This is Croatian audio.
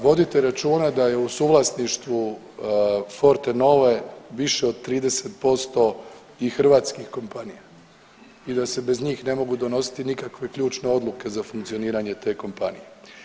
Vodite računa da je u suvlasništvu Fortenove više od 30% i hrvatskih kompanija i da se bez njih ne mogu donositi nikakve ključne odluke za funkcioniranje te kompanije.